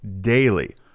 daily